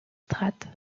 strates